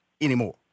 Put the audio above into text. anymore